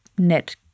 net